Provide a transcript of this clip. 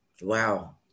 Wow